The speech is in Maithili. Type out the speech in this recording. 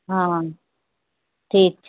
हँ ठीक छै